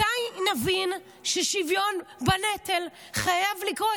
מתי נבין ששוויון בנטל חייב לקרות?